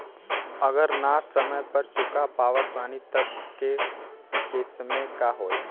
अगर ना समय पर चुका पावत बानी तब के केसमे का होई?